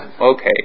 okay